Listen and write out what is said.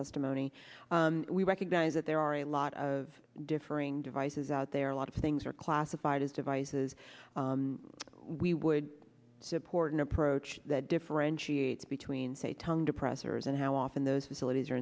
testimony we recognize that there are a lot of differing devices out there a lot of things are classified as devices we would support an approach that differentiates between say tongue depressors and how often those facilities are